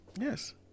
yes